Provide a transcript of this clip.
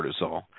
cortisol